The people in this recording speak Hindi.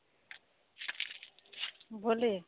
बोलिए